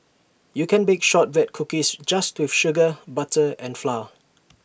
you can bake Shortbread Cookies just with sugar butter and flour